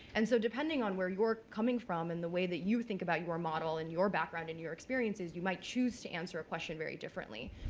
and so depending on where you're coming from and the way that you think about your model and your backgrounds and your experiences, you might choose to answer a question very differently.